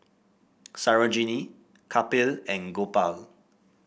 Sarojini Kapil and Gopal